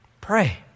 pray